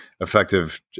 effective